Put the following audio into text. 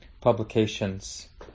Publications